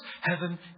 Heaven